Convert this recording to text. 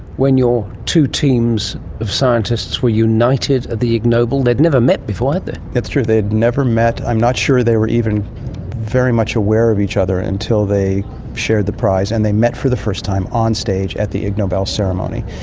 when your two teams of scientists were united at the ig nobel? they'd never met before, had that's true. they'd never met. i'm not sure they were even very much aware of each other until they shared the prize, and they met for the first time on stage at the ig nobel ceremony.